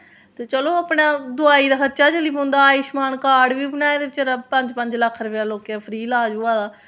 ते चलो अपना दोआई दा खर्चा गे चली पौंदा आयुशमान कार्ड बी बनाए दे न पंज पंज लक्ख रपेआ लोकें दी फ्री इलाज होआ दा